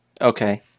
Okay